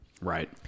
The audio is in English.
Right